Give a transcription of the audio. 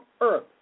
earth